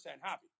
happy